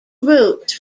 routes